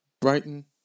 Brighton